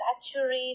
saturate